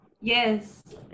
Yes